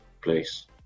place